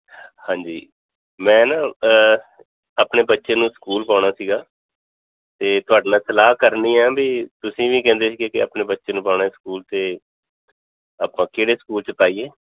ਹਾਂਜੀ ਮੈਂ ਨਾ ਆਪਣੇ ਬੱਚੇ ਨੂੰ ਸਕੂਲ ਪਾਉਣਾ ਸੀਗਾ ਅਤੇ ਤੁਹਾਡੇ ਨਾਲ ਸਲਾਹ ਕਰਨੀ ਆ ਵੀ ਤੁਸੀਂ ਵੀ ਕਹਿੰਦੇ ਸੀਗੇ ਕਿ ਆਪਣੇ ਬੱਚੇ ਨੂੰ ਪਾਉਣਾ ਹੈ ਸਕੂਲ ਅਤੇ ਆਪਾਂ ਕਿਹੜੇ ਸਕੂਲ 'ਚ ਪਾਈਏ